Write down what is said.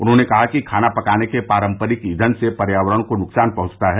उन्होंने कहा कि खाना पकाने के पारंपरिक ईंधन से पर्यावरण को नुकसान पहंचता है